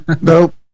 Nope